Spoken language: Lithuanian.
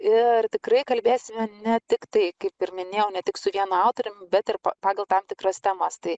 ir tikrai kalbėsim ne tiktai kaip ir minėjau ne tik su vienu autorium bet ir pagal tam tikras temas tai